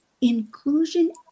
inclusion